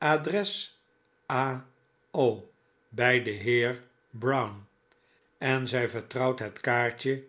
adres a o bij den heer brown en zij vertrouwt het kaartje